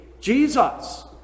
Jesus